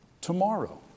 tomorrow